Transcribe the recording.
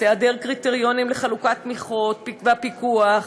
היעדר קריטריונים לחלוקת תמיכות ופיקוח.